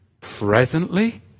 presently